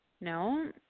No